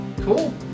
cool